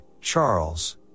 Charles